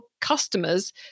customers